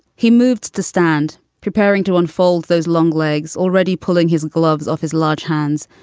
he moved to stand, preparing to unfold those long legs, already pulling his gloves off his large hands.